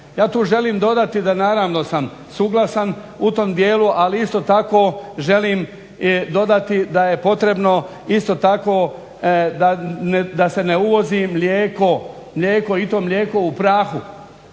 Ja tu želim dodati da naravno sam suglasan u tom dijelu, ali isto tako želim dodati da je potrebno isto tako, da se ne uvozi mlijeko, i to mlijeko u prahu.